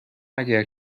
اگر